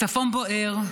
הצפון בוער,